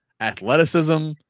athleticism